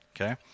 okay